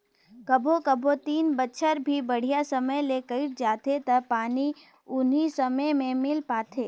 कभों कभों तीन बच्छर भी बड़िहा समय मे कइट जाथें त पानी उनी समे मे मिल पाथे